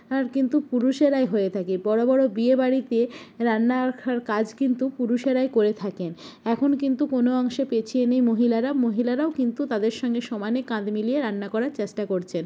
আর কিন্তু পুরুষেরাই হয়ে থাকে বড়ো বড়ো বিয়েবাড়িতে রান্নার খা কাজ কিন্তু পুরুষেরাই করে থাকেন এখন কিন্তু কোনো অংশে পিছিয়ে নেই মহিলারা মহিলারাও কিন্তু তাদের সঙ্গে সমানে কাঁধ মিলিয়ে রান্না করার চেষ্টা করছেন